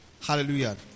Hallelujah